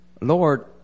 Lord